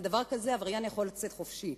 על דבר כזה עבריין יכול לצאת חופשי.